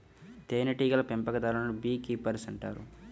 తేనెటీగల పెంపకందారులను bee keepers అంటారు